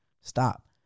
Stop